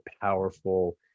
powerful